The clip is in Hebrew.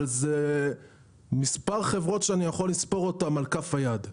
אבל זה מספר חברות שאני יכול לספור אותן על כף היד.